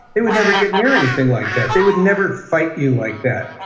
they would never get near anything like that. they would never fight you like that.